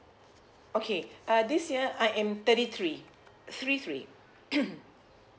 okay uh this year I am thirty three three three